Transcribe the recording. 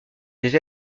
des